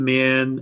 men